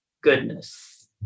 goodness